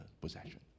possession